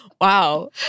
Wow